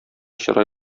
чырай